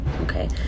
Okay